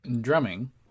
drumming